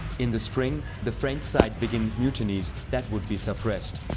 in the spring, the french side begins mutinies that would be suppressed.